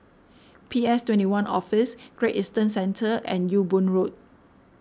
P S twenty one Office Great Eastern Centre and Ewe Boon Road